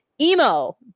emo